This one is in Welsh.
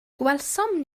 gwelsom